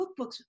cookbooks